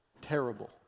Terrible